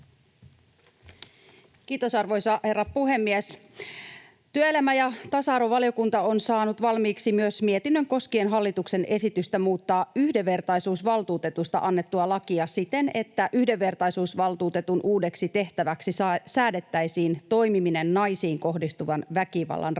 Kiitos, arvoisa herra puhemies! Työelämä- ja tasa-arvovaliokunta on saanut valmiiksi myös mietinnön koskien hallituksen esitystä muuttaa yhdenvertaisuusvaltuutetusta annettua lakia siten, että yhdenvertaisuusvaltuutetun uudeksi tehtäväksi säädettäisiin toimiminen naisiin kohdistuvan väkivallan raportoijana.